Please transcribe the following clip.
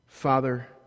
Father